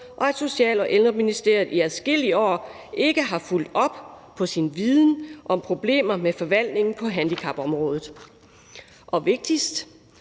og at Social- og Ældreministeriet i adskillige år ikke har fulgt op på deres viden om problemer med forvaltningen på handicapområdet – og vigtigst,